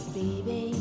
baby